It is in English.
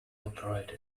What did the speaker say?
operate